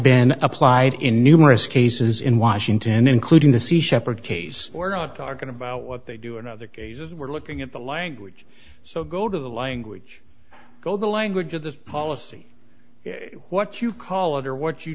been applied in numerous cases in washington including the sea shepherd case or not are going to be what they do in other cases we're looking at the language so go to the language go the language of this policy what you call it or what you